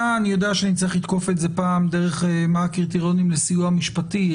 אני יודע שאני צריך לתקוף את זה פעם דרך מה הקריטריונים לסיוע המשפטי,